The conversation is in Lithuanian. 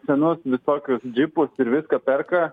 senus visokius džipus ir viską perka